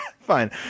fine